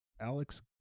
Alex